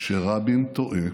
שרבין טועה,